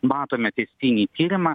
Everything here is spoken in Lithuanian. matome testinį tyrimą